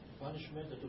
Punishment